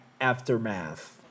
Aftermath